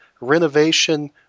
renovation